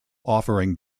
offering